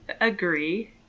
agree